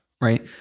Right